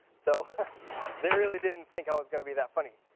so they really didn't think i was gonna be that funny.